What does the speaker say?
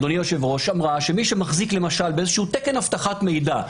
אמרה שמי שמחזיק למשל בתקן אבטחת מידע,